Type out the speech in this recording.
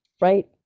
right